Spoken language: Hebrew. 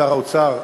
שר האוצר,